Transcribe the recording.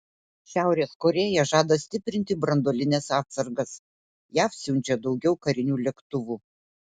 šiaurės korėja žada stiprinti branduolines atsargas jav siunčia daugiau karinių lėktuvų